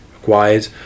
required